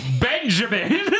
Benjamin